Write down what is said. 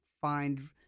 find